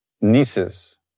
nieces